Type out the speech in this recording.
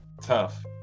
tough